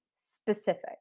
Specific